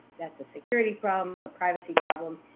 that's a security problem, a privacy problem.